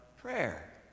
prayer